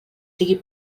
sigui